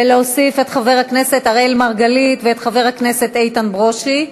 ולהוסיף את חבר הכנסת אראל מרגלית ואת חבר הכנסת איתן ברושי.